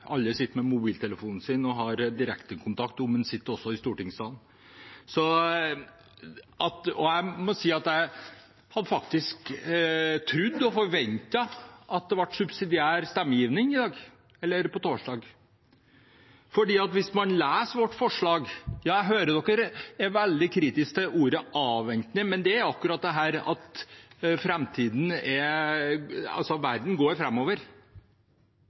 alle sitter med mobiltelefonen og har direktekontakt, også om en sitter i stortingssalen. Jeg må si at jeg hadde faktisk trodd og forventet av det ble subsidiær stemmegivning i dag – eller på torsdag. Jeg hører man er veldig kritisk til ordet «avvente», men det er akkurat det at